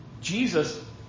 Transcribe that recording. Jesus